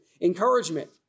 encouragement